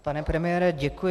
Pane premiére, děkuji.